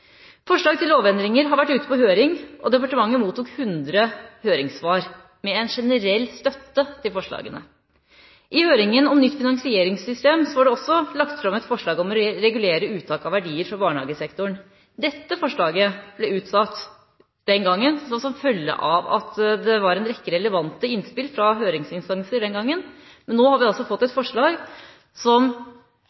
forslag om å regulere uttak av verdier fra barnehagesektoren. Dette forslaget ble utsatt den gang som følge av at det var en rekke relevante innspill fra høringsinstansene, men nå har vi fått